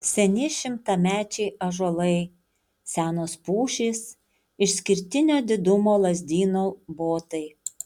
seni šimtamečiai ąžuolai senos pušys išskirtinio didumo lazdynų botai